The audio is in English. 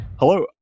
Hello